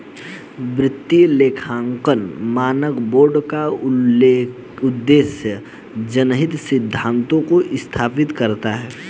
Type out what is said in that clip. वित्तीय लेखांकन मानक बोर्ड का उद्देश्य जनहित सिद्धांतों को स्थापित करना है